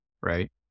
right